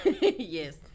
Yes